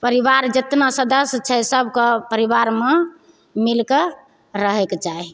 परिवार जेतना सदस्य छै सबके परिवारमे मिलके रहयके चाही